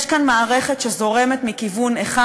יש כאן מערכת שזורמת מכיוון אחד,